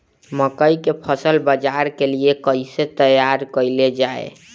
मकई के फसल बाजार के लिए कइसे तैयार कईले जाए?